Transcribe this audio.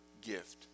gift